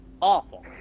Awful